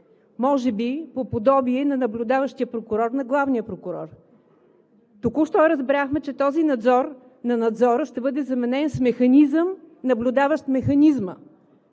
може би по подобие на наблюдаващия прокурор на главния прокурор. Току-що разбрахме, че този надзор на Надзора ще бъде заменен с механизъм, наблюдаващ Механизма.